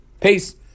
Peace